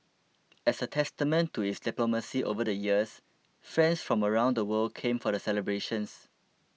as a testament to its diplomacy over the years friends from around the world came for the celebrations